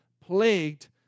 plagued